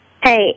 Hey